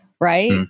right